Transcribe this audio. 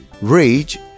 rage